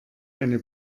eine